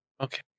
Okay